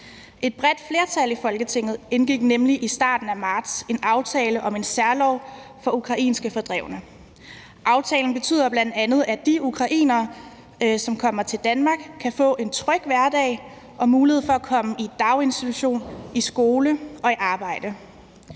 Et bredt flertal i Folketinget indgik nemlig i starten af marts en aftale om en særlov for ukrainske fordrevne. Aftalen betyder bl.a., at de ukrainere, som kommer til Danmark, kan få en tryg hverdag og mulighed for at komme i daginstitution, i skole og i arbejde,